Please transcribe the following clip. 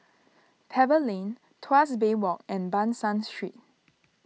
Pebble Lane Tuas Bay Walk and Ban San Street